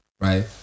right